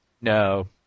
No